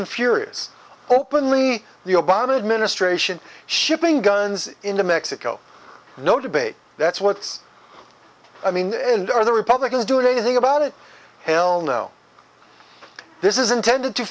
and furious openly the obama administration shipping guns into mexico no debate that's what's i mean and are the republicans doing anything about it hell no this is intended to